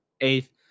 eighth